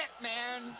man